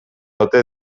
ote